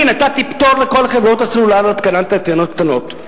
אני נתתי פטור לכל חברות הסלולר להתקנת אנטנות קטנות,